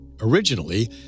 Originally